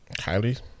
Kylie